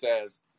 says